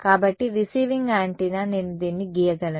కాబట్టి receiving antenna నేను దీన్ని గీయగలను